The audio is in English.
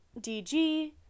DG